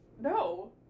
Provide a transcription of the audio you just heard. no